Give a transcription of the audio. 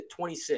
26